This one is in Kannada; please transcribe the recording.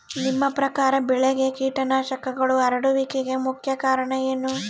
ನಿಮ್ಮ ಪ್ರಕಾರ ಬೆಳೆಗೆ ಕೇಟನಾಶಕಗಳು ಹರಡುವಿಕೆಗೆ ಮುಖ್ಯ ಕಾರಣ ಏನು?